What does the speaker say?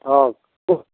ହଉ କୁହ